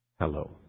hello